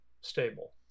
stable